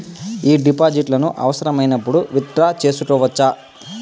ఈ డిపాజిట్లను అవసరమైనప్పుడు విత్ డ్రా సేసుకోవచ్చా?